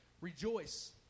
Rejoice